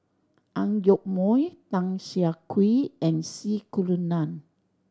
Ang Yoke Mooi Tan Siah Kwee and C Kunalan